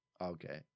Okay